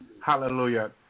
hallelujah